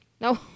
No